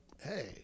Hey